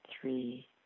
three